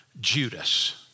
Judas